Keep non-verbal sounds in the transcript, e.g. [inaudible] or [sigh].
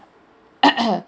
[coughs]